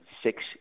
Six